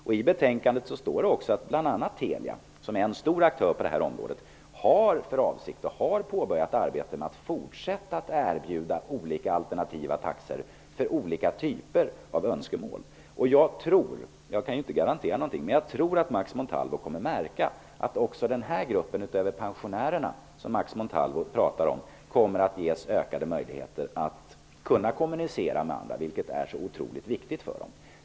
I betänkandet står det också att bl.a. Telia, som är en stor aktör på området, har påbörjat arbetet med att fortsätta att erbjuda alternativa taxor för olika typer av önskemål. Jag kan inte garantera någonting, men jag tror att Max Montalvo kommer att märka att också andra grupper, utöver pensionärerna som Max Montalvo pratar om, kommer att ges ökade möjligheter att kommunicera med andra, vilket är så otroligt viktigt för dem.